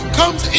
comes